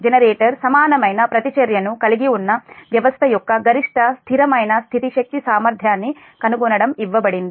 generator సమానమైన ప్రతిచర్యను కలిగి ఉన్న వ్యవస్థ యొక్క గరిష్ట స్థిరమైన స్థితి శక్తి సామర్థ్యాన్ని కనుగొనడం ఇవ్వబడింది